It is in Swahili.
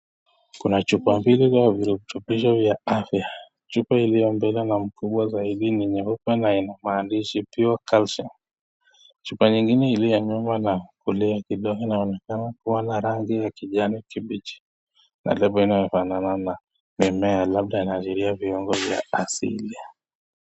Kuna chupa mbili za virutubisho vya afya. Chupa iliyo mbele na kubwa zaidi ni nyeupe na ina maandishi Pure calcium . Chupa nyingine iliyo nyuma na kule kidogo inaonekana kuwa na rangi ya kijani kibichi na lebo inafanana na mmea labda inazilea viungo vya asili.